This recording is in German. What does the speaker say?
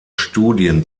studien